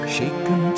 Shaken